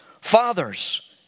Fathers